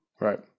Right